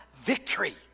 Victory